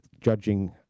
judging